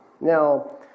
Now